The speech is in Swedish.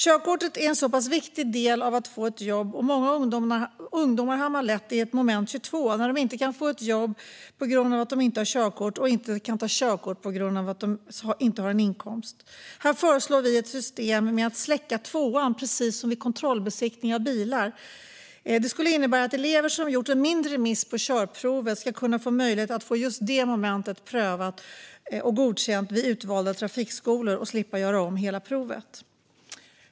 Körkortet är en så pass viktig del i att få ett jobb, och många ungdomar hamnar lätt i ett moment 22 där de inte kan få ett jobb på grund av att de inte har körkort och inte kan ta körkort på grund av att de inte har en inkomst. Här föreslår vi ett system där man kan "släcka 2:an" precis som vid kontrollbesiktning av bilar. Det skulle innebära att elever som har gjort en mindre miss på körprovet gavs möjlighet att få just det momentet prövat och godkänt vid utvalda trafikskolor. Därmed skulle de slippa göra om hela provet.